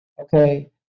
Okay